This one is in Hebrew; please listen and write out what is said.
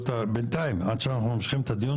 בינתיים עד שאנחנו ממשיכים את הדיון,